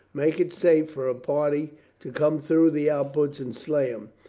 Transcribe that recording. make it safe for a party to come through the outposts and slay them.